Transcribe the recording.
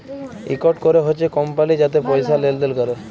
ইকট ক্যরে হছে কমপালি যাতে পয়সা লেলদেল ক্যরে